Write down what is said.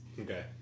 Okay